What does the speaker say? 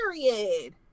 period